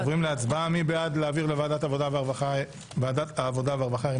התשפ"ב-2022 לוועדת העבודה והרווחה נתקבלה.